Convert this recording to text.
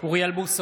אוריאל בוסו,